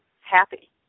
happy